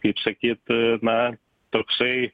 kaip sakyt na toksai